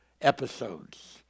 episodes